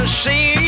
see